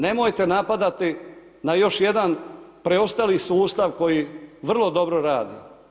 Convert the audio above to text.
Nemojte napadati na još jedan preostali sustav koji vrlo dobro radi.